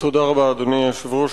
תודה רבה, אדוני היושב-ראש.